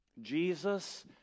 Jesus